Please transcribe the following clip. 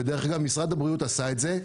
דרך אגב, משרד הבריאות עשה את זה.